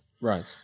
right